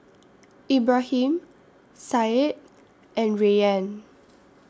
Ibrahim Said and Rayyan